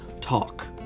talk